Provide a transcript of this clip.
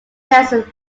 nelson